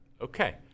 Okay